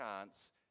chance